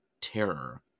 terror